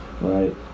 right